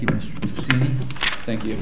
you thank you